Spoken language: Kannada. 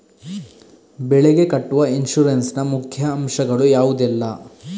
ಬೆಳೆಗೆ ಕಟ್ಟುವ ಇನ್ಸೂರೆನ್ಸ್ ನ ಮುಖ್ಯ ಅಂಶ ಗಳು ಯಾವುದೆಲ್ಲ?